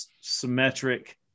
symmetric